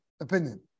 opinion